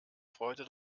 freude